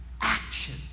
action